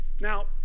Now